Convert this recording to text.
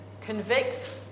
convict